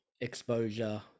exposure